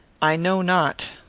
i know not.